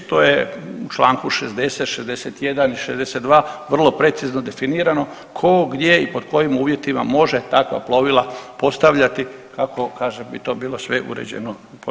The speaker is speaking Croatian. To je u čl. 60., 61. i 62. vrlo precizno definirano tko, gdje i pod kojim uvjetima može takva plovila postavljati, kako kažem bi to bilo sve uređeno po zakonu.